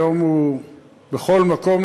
היום הוא בכל מקום,